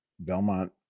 belmont